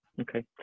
okay